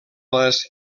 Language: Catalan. les